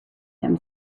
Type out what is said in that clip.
them